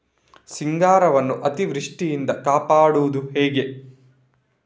ಸಿಂಗಾರವನ್ನು ಅತೀವೃಷ್ಟಿಯಿಂದ ಕಾಪಾಡುವುದು ಹೇಗೆ?